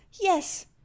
yes